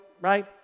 Right